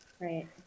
Right